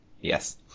Yes